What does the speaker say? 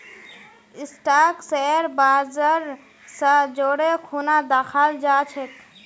stock share बाजर स जोरे खूना दखाल जा छेक